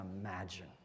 imagine